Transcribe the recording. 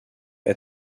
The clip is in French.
est